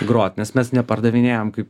grot nes mes nepardavinėjam kaip